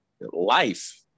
life